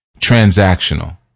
transactional